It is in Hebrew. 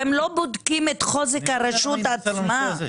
אתם לא בודקים את חוזק הרשות עצמה?